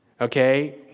Okay